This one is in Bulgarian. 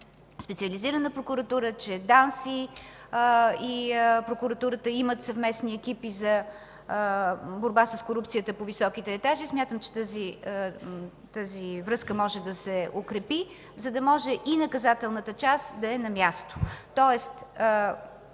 специализирана прокуратура, че ДАНС и прокуратурата имат съвместни екипи за борба с корупцията по високите етажи. Смятам, че тази връзка може да се укрепи, за да може и наказателната част да е на място,